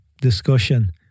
discussion